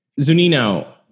Zunino